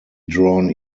drawn